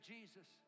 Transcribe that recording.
Jesus